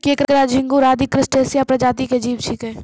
केंकड़ा, झिंगूर आदि क्रस्टेशिया प्रजाति के जीव छेकै